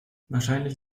wahrscheinlich